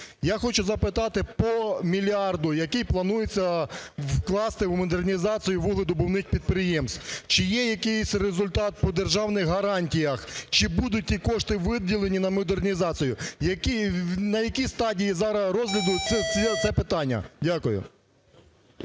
Я хочу запитати по мільярду, який планується вкласти у модернізацію вугледобувних підприємств. Чи є якийсь результат по державних гарантіях? Чи будуть ті кошти виділені на модернізацію? На якій стадії зараз розгляду це питання? Дякую.